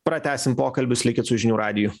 pratęsim pokalbius likit su žinių radiju